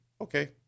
Okay